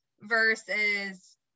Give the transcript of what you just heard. versus